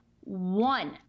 one